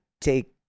take